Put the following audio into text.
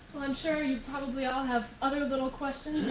i'm sure you probably all have other little questions